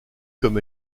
comme